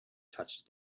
touched